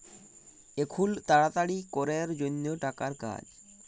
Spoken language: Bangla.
এখুল তাড়াতাড়ি ক্যরের জনহ টাকার কাজ